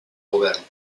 govern